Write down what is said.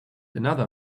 another